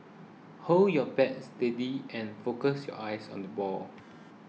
hold your bat steady and focus your eyes on the ball